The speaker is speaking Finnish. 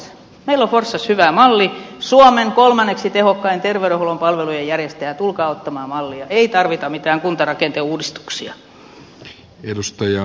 meillä on forssassa hyvä malli suomen kolmanneksi tehokkain terveydenhuollon palvelujen järjestäjä tulkaa ottamaan mallia ei tarvita mitään kuntarakenteen uudistuksia